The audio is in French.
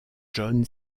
john